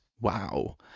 wow